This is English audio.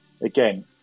again